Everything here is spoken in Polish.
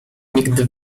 nigdy